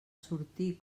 sortir